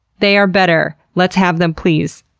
they are better, let's have them please.